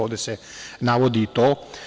Ovde se navodi i to.